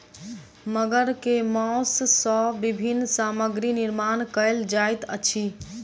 मगर के मौस सॅ विभिन्न सामग्री निर्माण कयल जाइत अछि